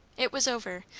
it was over,